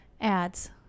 ads